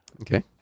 Okay